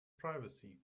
privacy